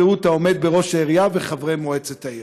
העומד בראש העירייה וחברי מועצת העיר.